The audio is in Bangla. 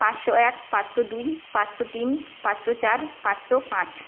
পাঁচশো এক পাঁচশো দুই পাঁচশো তিন পাঁচশো চার পাঁচশো পাঁচ